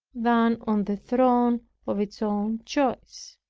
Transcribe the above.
than on the throne of its own choice.